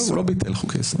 לא, הוא לא ביטל חוקי יסוד.